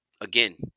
again